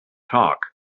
talk